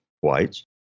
whites